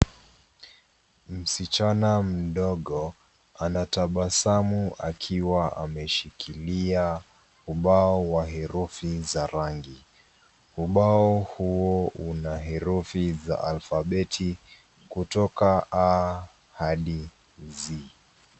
Msichana mdogo anatabasamu akiwa ameshikilia ubao wa herufi za rangi. Ubao huo una herufi za alfabeti kutoka A hadi Z.